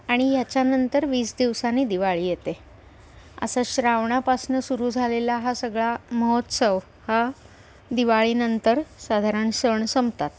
आणि ह्याच्या नंतर वीस दिवसांनी दिवाळी येते असं श्रावणापासनं सुरू झालेला हा सगळा महोत्सव हा दिवाळीनंतर साधारण सण संपतात